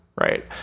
Right